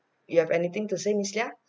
you have anything to say miss lia